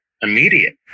immediate